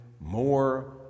more